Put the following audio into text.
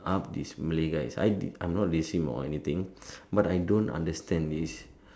up this Malay guys I am not racist or anything but I don't understand this